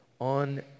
on